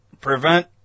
prevent